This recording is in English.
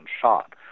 shot